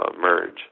Merge